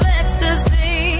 ecstasy